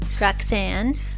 Roxanne